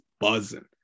buzzing